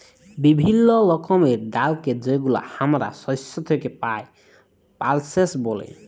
বিভিল্য রকমের ডালকে যেগুলা হামরা শস্য থেক্যে পাই, পালসেস ব্যলে